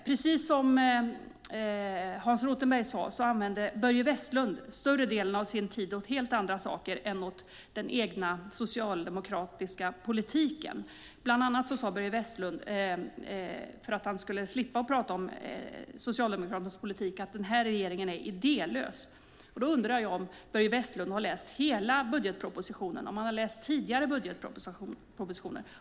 Precis som Hans Rothenberg sade använde Börje Vestlund större delen av sin tid åt helt andra saker än den egna socialdemokratiska politiken. Bland annat sade Börje Vestlund, för att han skulle slippa att tala om Socialdemokraternas politik, att regeringen är idélös. Jag undrar om Börje Vestlund har läst hela budgetpropositionen och om han har läst tidigare budgetpropositioner.